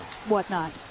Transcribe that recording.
Whatnot